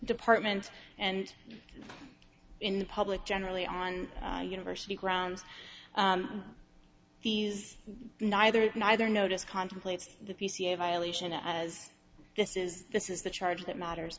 department and in the public generally on university grounds these neither neither notice contemplates the p c a violation as this is this is the charge that matters